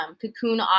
cocoon